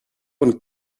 een